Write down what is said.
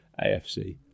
AFC